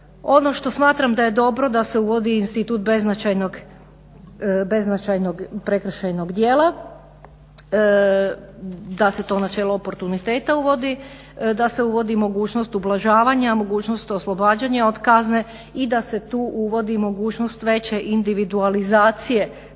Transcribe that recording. Ono što smatram da je dobro da se uvodi institut beznačajnog prekršajnog djela. Da se to načelo oportuniteta uvodi, da se uvodi mogućnost ublažavanja, mogućnost oslobađanja od kazne i da se tu uvodi mogućnost veće individualizacije